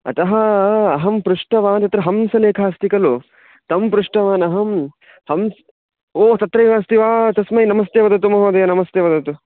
अतः अहं पृष्टवान् तत्र हंसलेखा अस्ति खलु तं पृष्टवानहं हंसः ओ तत्रैव अस्ति वा तस्मै नमस्ते वदतु महोदय नमस्ते वदतु